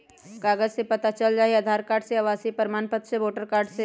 कागज से पता चल जाहई, आधार कार्ड से, आवासीय प्रमाण पत्र से, वोटर कार्ड से?